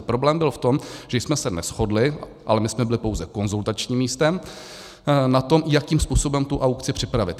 Problém byl v tom, že jsme se neshodli ale my jsme byli pouze konzultačním místem na tom, jakým způsobem tu aukci připravit.